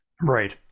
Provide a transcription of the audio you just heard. right